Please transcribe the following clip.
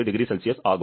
21 0C ஆகும்